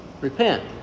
Repent